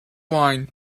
wine